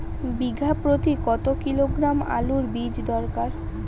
বিঘা প্রতি কত কিলোগ্রাম আলুর বীজ দরকার?